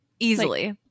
easily